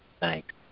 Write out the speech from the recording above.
thanks